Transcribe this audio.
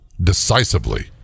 decisively